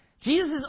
Jesus